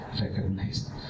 recognized